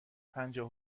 پنجاه